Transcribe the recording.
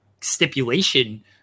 stipulation